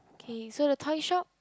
okay so the toy shop